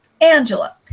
Angela